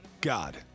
God